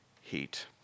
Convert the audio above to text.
heat